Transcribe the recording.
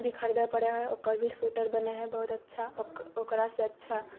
भी खरीदै पड़ै ओकर भी स्वेटर बनै हैय बहुत अच्छा ओक ओकरासँ अच्छा